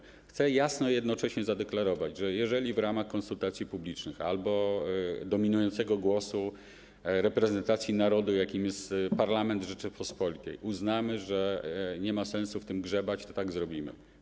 Jednocześnie chcę jasno zadeklarować, że jeżeli w ramach konsultacji publicznych albo dominującego głosu reprezentacji narodu, jakim jest parlament Rzeczypospolitej, uznamy, że nie ma sensu w tym grzebać, to tak zrobimy.